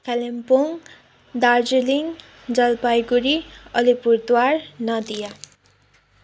Kalimpong Darjeeling Jalpaiguri Alipurduar Nadia